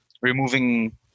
removing